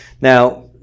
Now